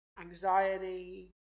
anxiety